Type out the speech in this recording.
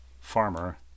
farmer